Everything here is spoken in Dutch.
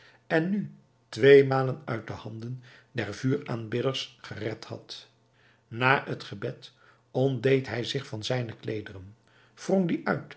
en nu tweemalen uit de handen der vuuraanbidders gered had na het gebed ontdeed hij zich van zijne kleederen wrong die